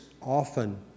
often